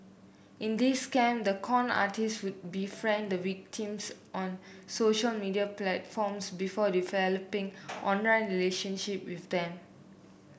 in these scam the con artists would befriend the victims on social media platforms before developing online relationship with them